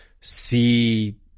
see